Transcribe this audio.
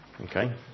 Okay